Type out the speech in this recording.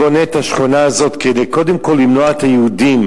השכונה הזאת כדי קודם כול למנוע מהיהודים